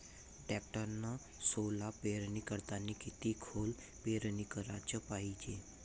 टॅक्टरनं सोला पेरनी करतांनी किती खोल पेरनी कराच पायजे?